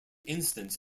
instance